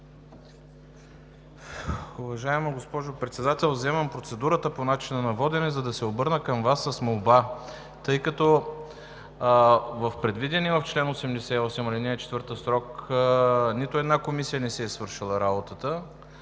Уважаема госпожо Председател, вземам процедурата по начина водене, за да се обърна към Вас с молба, тъй като в предвидения в чл. 88, ал. 4 срок, нито една комисия не си е свършила работата.